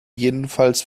jedenfalls